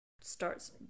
starts